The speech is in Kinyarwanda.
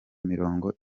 mirongo